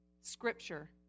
Scripture